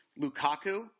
Lukaku